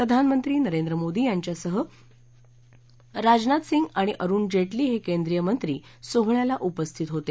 प्रधानमंत्री नरेंद्र मोदी यांच्यासह राजनाथ सिंह आणि अरुण जेटली हे केंद्रीय मंत्री सोहळ्याला उपस्थित होते